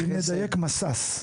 צריך לדייק, מסס.